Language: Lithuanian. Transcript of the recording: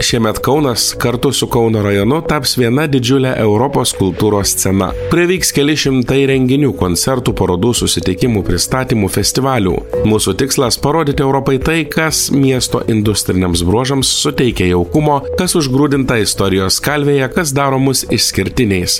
šiemet kaunas kartu su kauno rajonu taps viena didžiule europos kultūros scena prireiks keli šimtai renginių koncertų parodų susitikimų pristatymų festivalių mūsų tikslas parodyti europai tai kas miesto industriniams bruožams suteikė jaukumo kas užgrūdinta istorijos kalvėje kas daro mus išskirtiniais